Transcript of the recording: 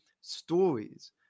stories